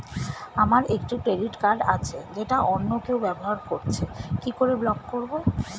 আমার একটি credit card আছে যেটা অন্য কেউ ব্যবহার করছে কি করে ব্লক করবো?